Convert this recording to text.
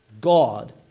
God